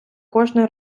кожний